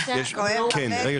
היא